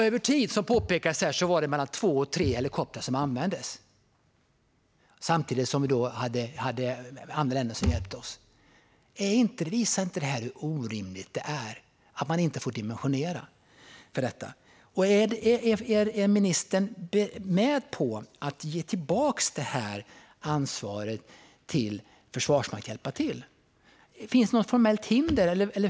Över tid, som har påpekats här, var det mellan två och tre helikoptrar som användes, samtidigt som andra länder hjälpte oss. Visar inte det här hur orimligt det är att man inte får dimensionera för detta? Är ministern med på att ge Försvarsmakten tillbaka ansvaret för att hjälpa till? Finns det något formellt hinder?